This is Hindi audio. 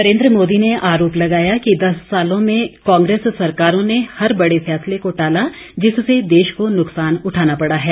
नरेंद्र मोदी ने आरोप लगाया कि दस सालों में कांग्रेस सरकारों ने हर बड़े फैसलों को टाला जिससे देश को नुक्सान उठाना पड़ा है